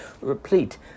replete